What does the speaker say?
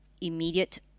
immediate